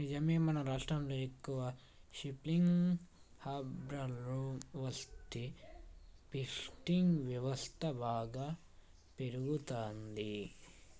నిజమే మన రాష్ట్రంలో ఎక్కువ షిప్పింగ్ హార్బర్లు వస్తే ఫిషింగ్ వ్యవస్థ బాగా పెరుగుతంది